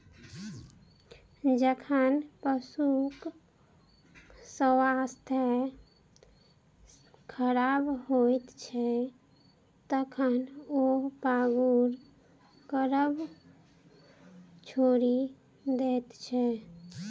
जखन पशुक स्वास्थ्य खराब होइत छै, तखन ओ पागुर करब छोड़ि दैत छै